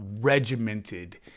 regimented